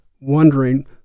wondering